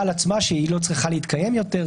על עצמה שהיא לא צריכה להתקיים יותר,